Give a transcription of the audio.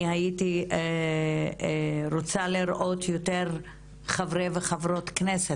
אני הייתי רוצה לראות יותר חברי וחברות כנסת